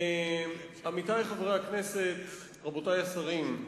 עמיתי חברי הכנסת, רבותי השרים,